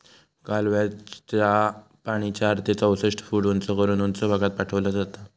कालव्याचा पाणी चार ते चौसष्ट फूट उंच करून उंच भागात पाठवला जाता